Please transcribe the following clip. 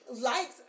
likes